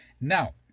Now